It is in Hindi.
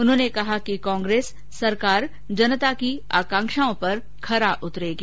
उन्होंने कहा कि कांग्रेस सरकार जनता की आकांक्षाओं पर खरा उतरेगी